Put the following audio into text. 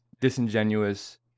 disingenuous